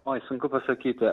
oi sunku pasakyti